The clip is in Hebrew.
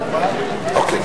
אוקיי.